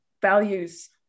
values